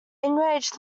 enraged